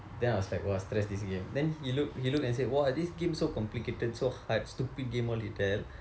then I was like !wah! stress this game then he look he look and say !wah! this game so complicated so hyped stupid game all he tell